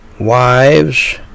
wives